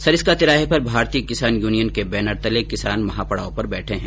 सरिस्का तिराहे पर भारतीय किसान यूनियन के बैनर तले किसान महापड़ाव पर बैठे है